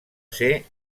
ser